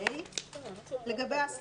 בדיוק